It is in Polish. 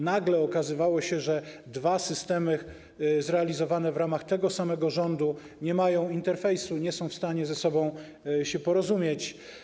Nagle okazywało się, że dwa systemy zrealizowane w ramach tego samego rządu nie mają interfejsu, nie są w stanie ze sobą się porozumieć.